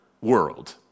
world